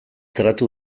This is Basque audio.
tratu